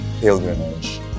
pilgrimage